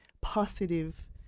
positive